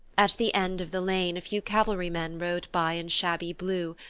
at the end of the lane a few cavalrymen rode by in shabby blue,